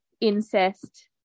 incest